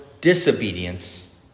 disobedience